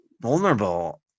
vulnerable